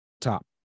top